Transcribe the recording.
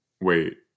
wait